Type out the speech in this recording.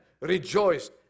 rejoiced